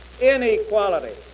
inequality